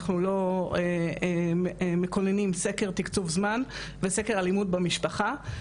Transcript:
אנחנו לא מקוננים סקר תקצוב זמן וסקר אלימות במשפחה,